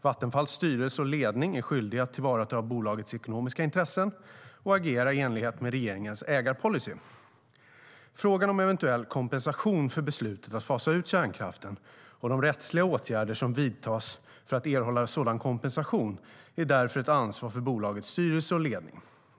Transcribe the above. Vattenfalls styrelse och ledning är skyldiga att tillvarata bolagets ekonomiska intressen och agera i enlighet med regeringens ägarpolicy. Frågan om eventuell kompensation för beslutet att fasa ut kärnkraften och de rättsliga åtgärder som vidtas för att erhålla sådan kompensation är därför ett ansvar för bolagets styrelse och ledning.